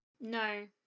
No